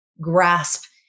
grasp